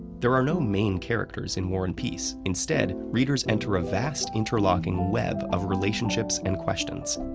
there are no main characters in war and peace. instead, readers enter a vast interlocking web of relationships and questions.